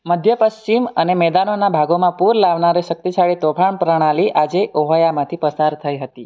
મધ્યપશ્ચિમ અને મેદાનોના ભાગોમાં પૂર લાવનારી શક્તિશાળી તોફાન પ્રણાલી આજે ઓહાયોમાંથી પસાર થઈ હતી